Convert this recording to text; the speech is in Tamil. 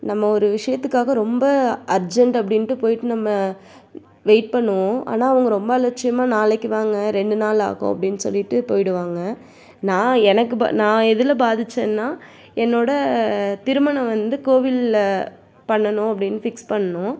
நம்ம ஒரு விஷயத்துக்காக ரொம்ப அர்ஜென்ட் அப்படின்ட்டு போய்விட்டு நம்ம வெயிட் பண்ணுவோம் ஆனால் அவங்க ரொம்ப அலட்சியமாக நாளைக்கு வாங்க ரெண்டு நாள் ஆகும் அப்படின்னு சொல்லிவிட்டு போய்விடுவாங்க நான் எனக்கு ப நான் எதில் பார்த்திச்சேன்னா என்னோட திருமணம் வந்து கோவிலில் பண்ணணும் அப்படின்னு ஃபிக்ஸ் பண்ணோம்